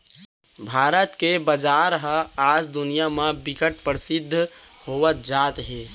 भारत के बजार ह आज दुनिया म बिकट परसिद्ध होवत जात हे